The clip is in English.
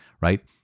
right